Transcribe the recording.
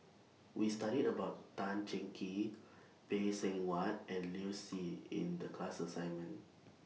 We studied about Tan Cheng Kee Phay Seng Whatt and Liu Si in The class assignment